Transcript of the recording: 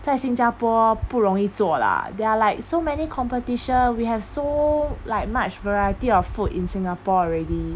在新加坡不容易做 lah there are like so many competition we have so like much variety of food in singapore already